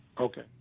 Okay